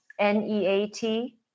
NEAT